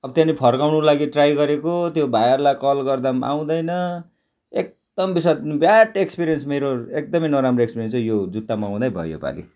अब त्यहाँदेखि फर्कउनुको लागि ट्राई गरेको त्यो भाइहरूलाई कल गर्दा पनि आउँदैन एकदम बिस्वाद ब्याड एक्सपिरियन्स मेरो एकदमै नराम्रो एक्सपिरियन्स चाहिँ यो जुत्ता मगाउँदै भयो योपाली